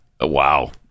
Wow